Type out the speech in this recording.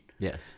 Yes